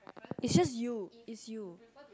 is just you is you